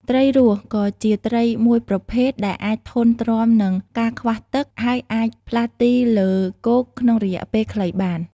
ត្រីរស់ក៏ជាត្រីមួយប្រភេទដែលអាចធន់ទ្រាំនឹងការខ្វះទឹក ហើយអាចផ្លាស់ទីលើគោកក្នុងរយៈពេលខ្លីបាន។